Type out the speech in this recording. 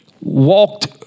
walked